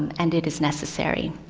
and it is necessary.